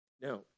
Now